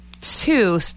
two